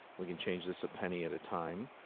we can change this a penny at a time,